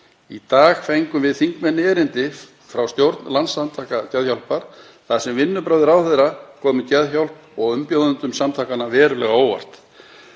Í dag fengum við þingmenn erindi frá stjórn Landssamtaka Geðhjálpar þar sem vinnubrögð ráðherra hafa komið Geðhjálp og umbjóðendum samtakanna verulega á óvart.